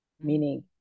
meaning